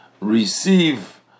receive